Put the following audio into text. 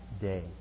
day